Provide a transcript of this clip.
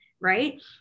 right